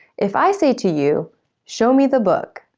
if i say to you show me the book.